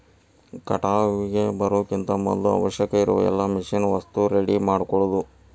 ಕಟಾವಿಗೆ ಬರುಕಿಂತ ಮದ್ಲ ಅವಶ್ಯಕ ಇರು ಎಲ್ಲಾ ಮಿಷನ್ ವಸ್ತು ರೆಡಿ ಮಾಡ್ಕೊಳುದ